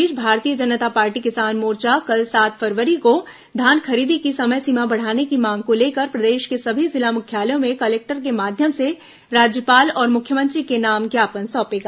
इस बीच भारतीय जनता पार्टी किसान मोर्चा कल सात फरवरी को धान खरीदी की समय सीमा बढ़ाने की मांग को लेकर प्रदेश के सभी जिला मुख्यालयों में कलेक्टर के माध्यम से राज्यपाल और मुख्यमंत्री के नाम ज्ञापन सौंपेगा